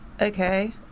Okay